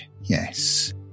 yes